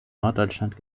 norddeutschland